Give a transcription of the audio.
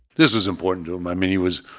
this is important to him, i mean he was